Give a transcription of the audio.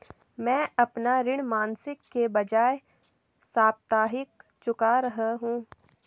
मैं अपना ऋण मासिक के बजाय साप्ताहिक चुका रहा हूँ